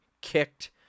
kicked